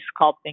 sculpting